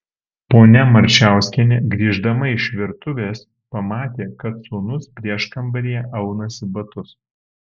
ponia marčiauskienė grįždama iš virtuvės pamatė kad sūnus prieškambaryje aunasi batus